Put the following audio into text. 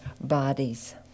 bodies